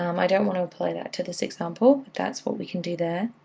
um i don't want to apply that to this example, but that's what we can do there.